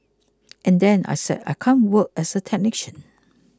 and then I said I can't work as a technician